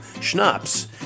Schnapps